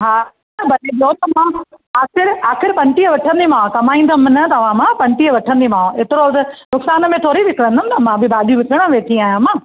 हा त भले इहो त मां आख़िरि आख़िरि पंटीह वठंदीमांव कमाईंदमि न तव्हां मां पंटीह वठंदीमांव हेतिरो त नुक़सान में थोरी विकिणंदमि न मां बि भाॼी विकिरणु वेठी आहियां मां